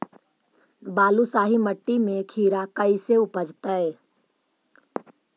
बालुसाहि मट्टी में खिरा कैसे उपजतै?